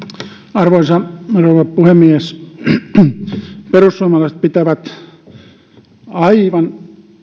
arvoisa rouva puhemies perussuomalaiset pitävät aivan